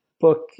book